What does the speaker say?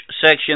section